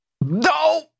No